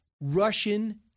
Russian